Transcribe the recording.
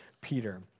Peter